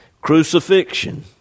crucifixion